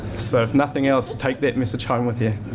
so if nothing else, take that message home with you.